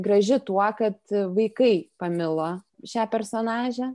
graži tuo kad vaikai pamilo šią personažę